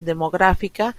demográfica